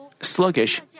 sluggish